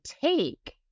take